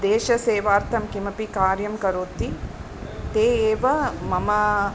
देशसेवार्थं किमपि कार्यं करोति ते एव मम